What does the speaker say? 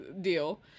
deal